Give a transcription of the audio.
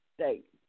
state